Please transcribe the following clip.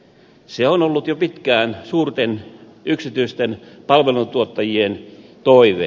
se on ollut jo pitkään suurten yksityisten palveluntuottajien toive